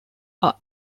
are